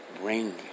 Bring